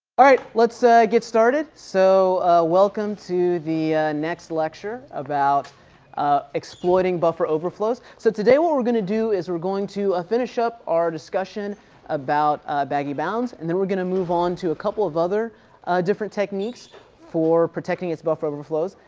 ah let's ah get started. so welcome to the next lecture about exploiting buffer overflow. so today, what we're going to do is, we're going to finish up our discussion about baggy bounds and then we're going to move on to a couple of other different techniques for protecting its buffer overflows.